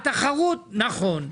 נכון.